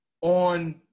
on